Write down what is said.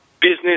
business